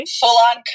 full-on